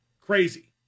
crazy